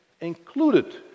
included